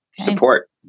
support